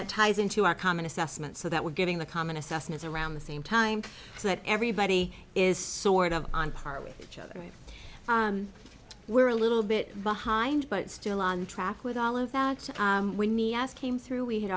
that ties into our common assessment so that we're getting the common assessments around the same time so that everybody is sort of on par with each other we're a little bit behind but still on track with all of that when me ask came through we had